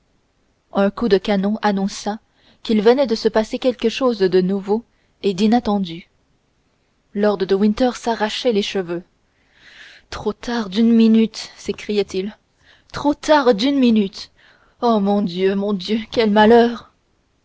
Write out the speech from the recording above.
un coup de canon annonça qu'il venait de se passer quelque chose de nouveau et d'inattendu lord de winter s'arrachait les cheveux trop tard d'une minute s'écriait-il trop tard d'une minute oh mon dieu mon dieu quel malheur